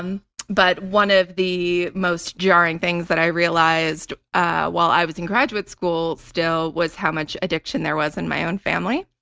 um but one of the most jarring things that i realized ah while i was in graduate school still was how much addiction there was in my own family.